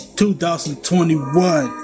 2021